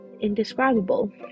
indescribable